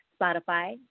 Spotify